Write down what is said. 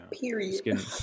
period